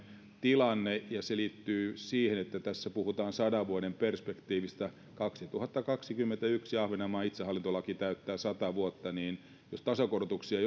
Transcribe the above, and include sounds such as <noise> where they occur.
tilanne ja se liittyy siihen että tässä puhutaan sadan vuoden perspektiivistä kaksituhattakaksikymmentäyksi ahvenanmaan itsehallintolaki täyttää sata vuotta jos tasokorotuksia <unintelligible>